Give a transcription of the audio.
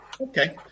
Okay